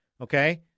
Okay